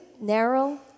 narrow